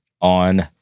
on